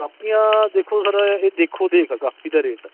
ਕਾਪੀਆਂ ਦੇਖੋ ਸਰ ਇਹ ਦੇਖੋ ਦੇਖ ਆ ਕਾਪੀ ਦਾ ਰੇਟ